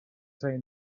say